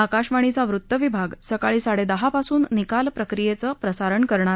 आकाशवाणीचा वृत्त विभाग सकाळी साडेदहा पासून निकाल प्रक्रियेचं प्रसारण करणार आहे